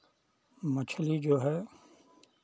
मछली जो है